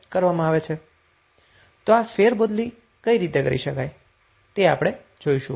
તો હવે આ ફેરબદલી કઈ રીતે કરી શકાય તે આપણે જોઈશું